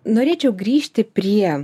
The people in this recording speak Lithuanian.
norėčiau grįžti prie